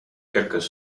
quelques